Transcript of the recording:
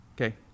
okay